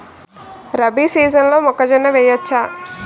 రబీ సీజన్లో మొక్కజొన్న వెయ్యచ్చా?